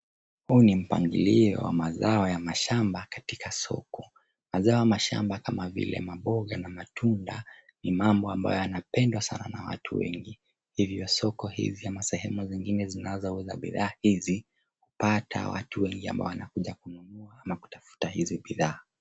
Huu ni mpangilio wa mazao ya mashamba katika soko. Mazao ya mashamba kama vile mboga na matunda imamu ambayo yanapendwa sana na watu wengi, hivyo soko hili ama sehemu zingine zinazouza bidhaa hizi hupata watu wengi ambao wanakuja kununua ama kutafuta hizi bidhaa.